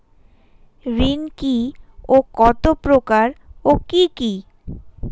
ঋণ কি ও কত প্রকার ও কি কি?